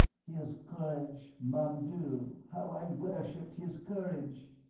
his courage, mon dieu, how i worshipped his courage!